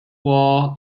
war